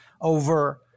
over